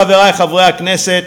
חברי חברי הכנסת,